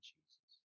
Jesus